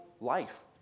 life